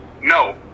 No